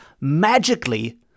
magically